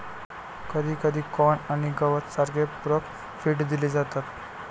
कधीकधी कॉर्न आणि गवत सारखे पूरक फीड दिले जातात